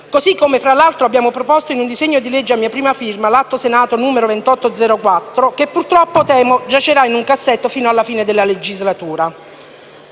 così come fra l'altro abbiamo proposto in un disegno di legge a mia prima firma, l'Atto Senato 2804, che purtroppo temo giacerà in un cassetto fino alla fine della legislatura.